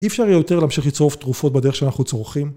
אי אפשר יהיה יותר להמשיך לצרוך תרופות בדרך שאנחנו צורכים